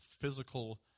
physical